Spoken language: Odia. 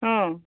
ହଁ